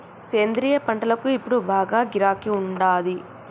సేంద్రియ పంటలకు ఇప్పుడు బాగా గిరాకీ ఉండాది